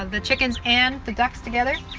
the chickens and the ducks together.